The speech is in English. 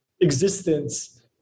existence